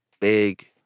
big